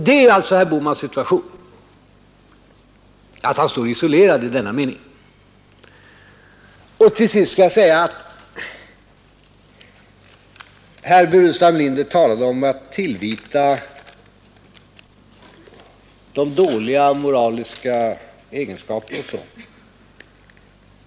Det är alltså herr Bohmans situation att han står isolerad i denna mening. Herr Burenstam Linder talade om att tillvita sina motståndare dåliga moraliska egenskaper.